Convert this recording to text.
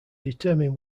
determine